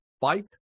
fight